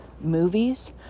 movies